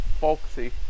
folksy